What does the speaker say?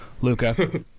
Luca